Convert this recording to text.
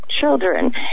children